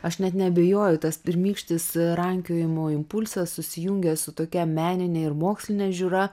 aš net neabejoju tas pirmykštis rankiojimo impulsas susijungia su tokia menine ir moksline žiūra